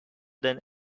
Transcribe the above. than